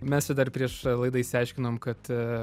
mes čia dar prieš laidą išsiaiškinom kad